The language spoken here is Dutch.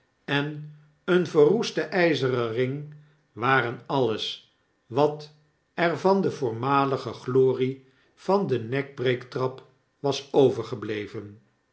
en een verroeste jjzeren ring waren alles wat er van de voormalige glorie van de nekbreektrap was overgebleven